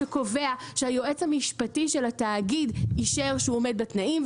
שקובע שהיועץ המשפטי של התאגיד אישר שהוא עומד בתנאים,